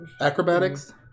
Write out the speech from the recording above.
Acrobatics